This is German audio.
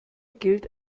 gilt